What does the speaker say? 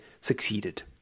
succeeded